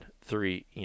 three